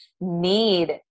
need